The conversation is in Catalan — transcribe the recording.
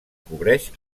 cobreix